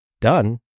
Done